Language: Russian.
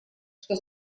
что